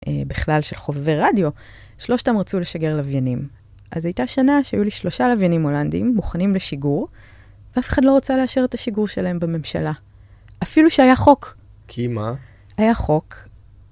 בכלל של חובבי רדיו, שלושתם רצו לשגר לוויינים. אז הייתה שנה שהיו לי שלושה לוויינים הולנדים מוכנים לשיגור, ואף אחד לא רוצה לאשר את השיגור שלהם בממשלה. אפילו שהיה חוק. כי מה? היה חוק.